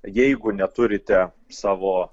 jeigu neturite savo